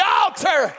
altar